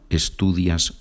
estudias